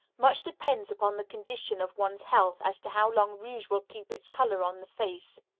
much depends upon the condition of one's health as to how long rouge will keep its color on the face.